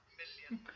million